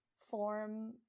form